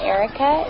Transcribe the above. Erica